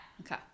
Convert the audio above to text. Okay